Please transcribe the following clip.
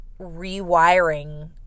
rewiring